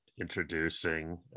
introducing